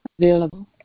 available